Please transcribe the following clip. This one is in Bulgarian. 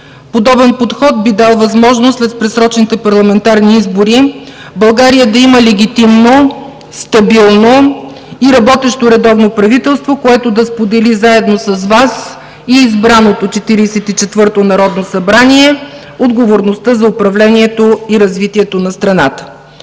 Подобен подход би дал възможност след предсрочните парламентарни избори България да има легитимно, стабилно и работещо редовно правителство, което да сподели, заедно с Вас и избраното Четиридесет и четвърто народно събрание, отговорността за управлението и развитието на страната.